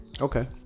Okay